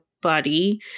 buddy